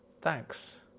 Thanks